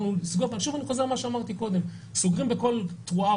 אני חוזר שוב על מה שאמרתי קודם: סוגרים בקול תרועה